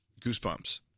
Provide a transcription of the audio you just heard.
Goosebumps